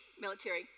military